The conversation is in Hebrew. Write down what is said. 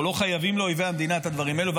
אנחנו לא חייבים לאויבי המדינה את הדברים האלו,